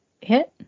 Hit